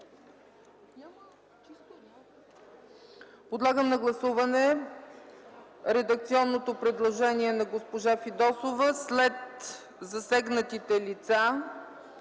Подлагам на гласуване редакционното предложение на госпожа Фидосова – след думите „засегнатите лица”